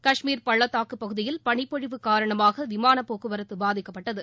கஷ்மீர் பள்ளத்தாக்கு பகுதியில் பளிப்பொழிவு காரணமாக விமான போக்குவரத்து பாதிக்கப்பட்டது